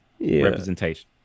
Representation